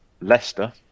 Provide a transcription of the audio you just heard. Leicester